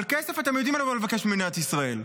אבל כסף אתם יודעים לבוא ולבקש ממדינת ישראל.